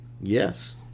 yes